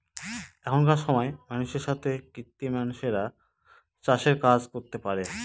এখনকার সময় মানুষের সাথে কৃত্রিম মানুষরা চাষের কাজ করতে পারে